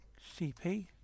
CP